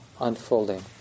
unfolding